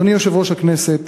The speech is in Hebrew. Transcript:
אדוני יושב-ראש הכנסת,